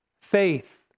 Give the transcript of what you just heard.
faith